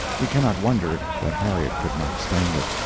we cannot wonder that harriet could not stand it.